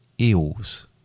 eels